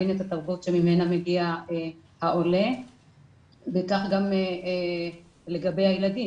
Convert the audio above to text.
את התרבות שממנה מגיע העולה וכך גם לגבי הילדים,